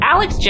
Alex